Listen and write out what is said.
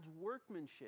workmanship